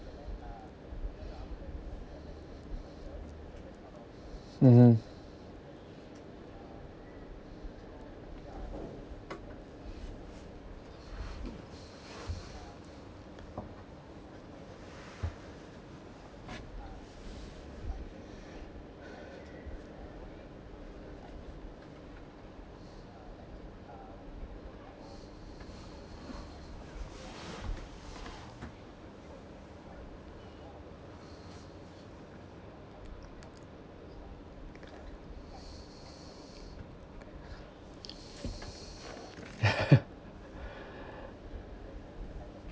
mmhmm